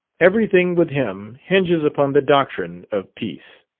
everything with him hinges upon the doctrine of peace.